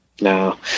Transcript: No